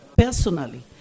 personally